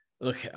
Look